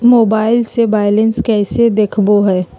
Mobile से balance कैसे देखाबो है?